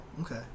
Okay